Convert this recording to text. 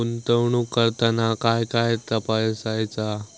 गुंतवणूक करताना काय काय तपासायच?